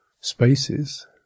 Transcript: spaces